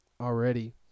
already